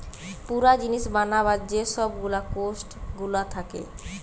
পুরা জিনিস বানাবার যে সব গুলা কোস্ট গুলা থাকে